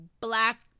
black